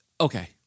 Okay